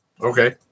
okay